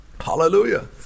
Hallelujah